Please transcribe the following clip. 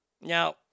Now